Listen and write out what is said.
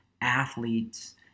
athletes